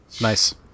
Nice